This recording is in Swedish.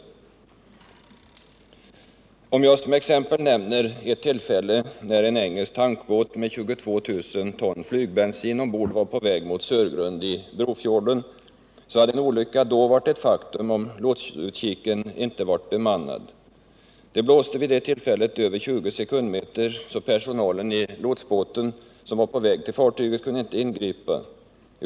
Jag kan som exempel nämna ett tillfälle när en engelsk tankbåt med 22 000 ton flygbensin ombord var på väg mot Sörgrund i Brofjorden. Då hade en olycka varit ett faktum, om lotsutkiken inte varit bemannad. Det blåste vid det tillfället över 20 sekundmeter, så personalen i lotsbåten som var på väg till fartyget kunde inte ingripa, tyvärr.